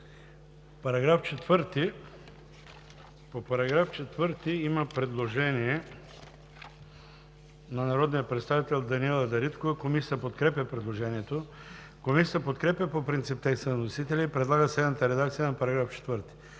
АДЕМОВ: По § 4 има предложение от народния представител Даниела Дариткова. Комисията подкрепя предложението. Комисията подкрепя по принцип текста на вносителя и предлага следната редакция на § 4: „§ 4.